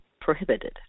prohibited